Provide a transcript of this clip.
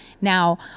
Now